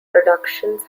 reductions